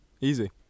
Easy